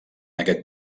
aquest